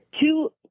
two